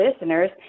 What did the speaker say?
listeners